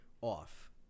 off